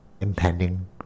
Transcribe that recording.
impending